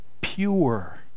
pure